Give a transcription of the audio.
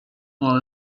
well